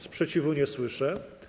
Sprzeciwu nie słyszę.